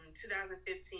2015